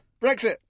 Brexit